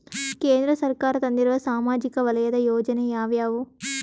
ಕೇಂದ್ರ ಸರ್ಕಾರ ತಂದಿರುವ ಸಾಮಾಜಿಕ ವಲಯದ ಯೋಜನೆ ಯಾವ್ಯಾವು?